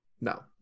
No